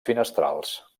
finestrals